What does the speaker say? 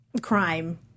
crime